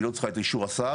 היא לא צריכה את אישור השר.